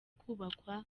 kubakwa